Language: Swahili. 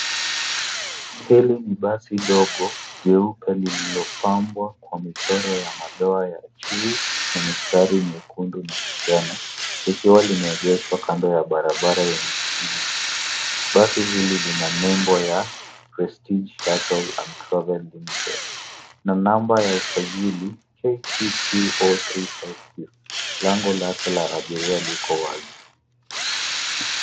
Hili ni basi ndogo jeupe lililopambwa kwa michoro ya madoa ya chui na mistari miekundu na manjano likiwa limeegeshwa kando ya barabara yenye shughuli nyingi. Basi hili lina nembo ya Prestige Shuttle & Travel Limited na namba ya usajili KQQ 035Q. Lango lake la abiria liko wazi.